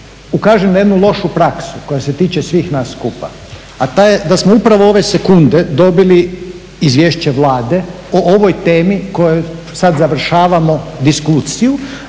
ukažem na jednu lošu praksu koja se tiče svih nas skupa, a ta je da smo upravo ove sekunde dobili izvješće Vlade o ovoj temi o kojoj sad završavamo diskusiju,